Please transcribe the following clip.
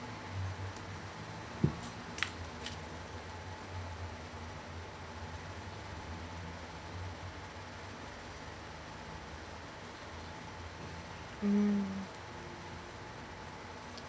mm